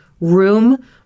room